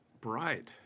bright